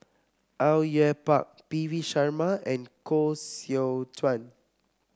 Au Yue Pak P V Sharma and Koh Seow Chuan